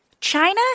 China